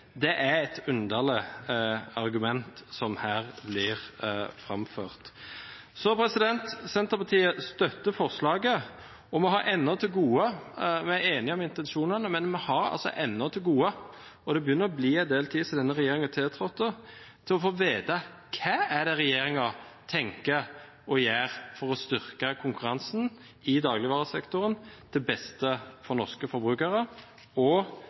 Det er et underlig argument som her blir framført. Senterpartiet støtter forslaget. Vi er enige når det gjelder intensjonene, men vi har ennå til gode å få vite – og det begynner å bli en del tid siden denne regjeringen tiltrådte – hva regjeringen tenker å gjøre for å styrke konkurransen i dagligvaresektoren, til beste for norske forbrukere og